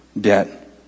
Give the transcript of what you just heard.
debt